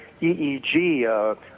EEG